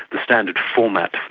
the standard format,